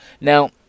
Now